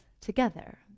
together